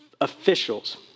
officials